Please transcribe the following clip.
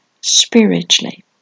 spiritually